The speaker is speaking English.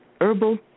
herbal